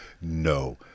No